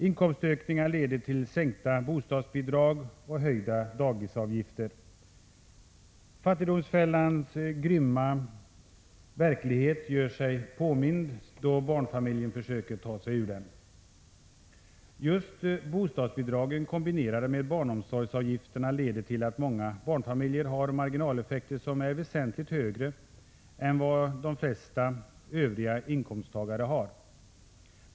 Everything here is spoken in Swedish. Inkomstökningar leder till sänkta bostadsbidrag och höjda dagisavgifter. Fattigdomsfällans grymma verklighet gör sig påmind då barnfamiljen försöker ta sig ur den. Just bostadsbidragen kombinerade med barnomsorgsavgifterna leder till att många barnfamiljer har marginaleffekter som är väsentligt högre än vad de flesta övriga inkomsttagare har.